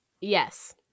Yes